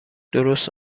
درست